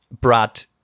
Brad